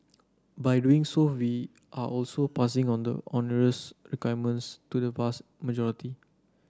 by doing so we are also passing on the onerous requirements to the vast majority